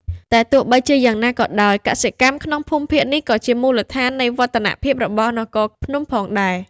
តែទោះបីជាយ៉ាងណាក៏ដោយ កសិកម្ម ក្នុងភូមិភាគនេះក៏ជាមូលដ្ឋាននៃវឌ្ឍនភាពរបស់នគរភ្នំដែរ។